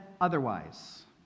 otherwise